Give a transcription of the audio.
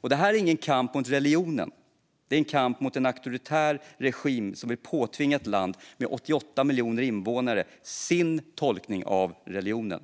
Och detta är ingen kamp mot religionen, det är en kamp mot en auktoritär regim som vill påtvinga ett land med 88 miljoner invånare sin tolkning av religionen.